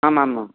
आम् आमाम्